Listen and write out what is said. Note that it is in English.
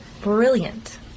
brilliant